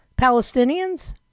Palestinians